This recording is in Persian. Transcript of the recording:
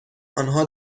آنها